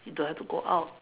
don't have to go out